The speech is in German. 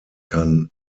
kann